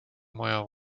maja